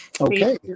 Okay